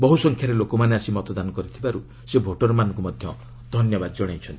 ବହୁ ସଂଖ୍ୟାରେ ଲୋକମାନେ ଆସି ମତଦାନ କରିଥିବାରୁ ସେ ଭୋଟରମାନଙ୍କୁ ମଧ୍ୟ ଧନ୍ୟବାଦ ଜଣାଇଛନ୍ତି